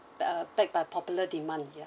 uh pack by popular demand ya